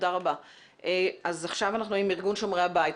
אני מארגון שומרי הבית.